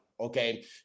okay